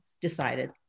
decided